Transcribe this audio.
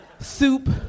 Soup